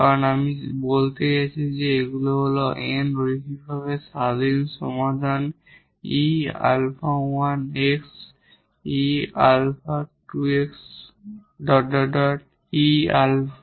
কারণ আমি বলতে চাইছি এগুলি হল n লিনিয়ারভাবে ইন্ডিপেন্ডেন্ট সমাধান 𝑒 𝛼1𝑥 𝑒 𝛼2𝑥 𝑒 𝛼𝑛𝑥